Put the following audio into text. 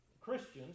Christians